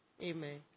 Amen